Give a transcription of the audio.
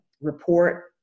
report